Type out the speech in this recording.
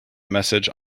message